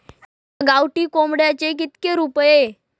एका गावठी कोंबड्याचे कितके रुपये?